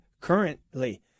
currently